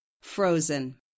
Frozen